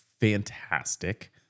fantastic